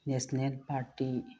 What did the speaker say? national party